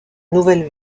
nouvelles